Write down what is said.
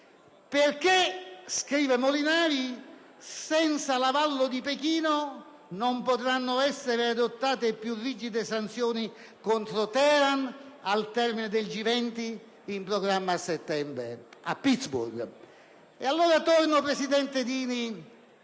perché, senza l'avallo di Pechino, non potranno essere adottate più rigide sanzioni contro Teheran al termine del G20 in programma a settembre a Pittsburgh. Ed allora, presidente Dini,